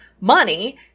money